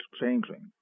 changing